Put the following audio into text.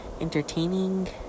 entertaining